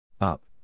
Up